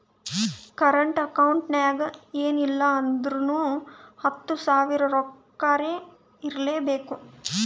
current account ನಾಗ್ ಎನ್ ಇಲ್ಲ ಅಂದುರ್ನು ಹತ್ತು ಸಾವಿರ ರೊಕ್ಕಾರೆ ಇರ್ಲೆಬೇಕು